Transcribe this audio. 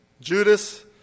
Judas